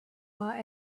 our